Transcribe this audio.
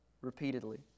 repeatedly